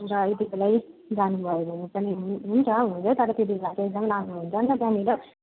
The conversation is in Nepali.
र यति बेला जानु भयो भने पनि हु हुन्छ हुनु चाहिँ तर त्यो बेला चाहिँ एकदम राम्रो हुन्छ नि त त्यहाँनेर